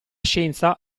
scienza